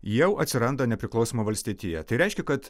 jau atsiranda nepriklausoma valstietija tai reiškia kad